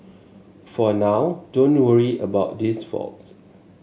for now don't worry about these faults